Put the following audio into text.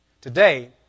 Today